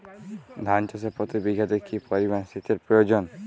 ধান চাষে প্রতি বিঘাতে কি পরিমান সেচের প্রয়োজন?